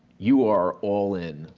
you are all in,